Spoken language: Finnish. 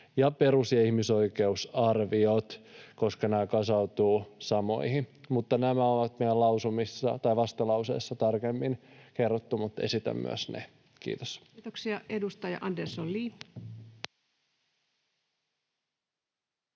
perus- ja ihmisoikeusarviot, koska nämä kasautuvat samoille. Nämä on meidän vastalauseessa tarkemmin kerrottu, mutta esitän myös ne. — Kiitos. Kiitoksia. — Edustaja Andersson, Li.